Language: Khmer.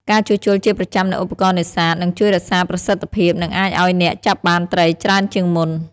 ការជួសជុលជាប្រចាំនូវឧបករណ៍នេសាទ នឹងជួយរក្សាប្រសិទ្ធភាព និងអាចឲ្យអ្នកចាប់បានត្រីច្រើនជាងមុន។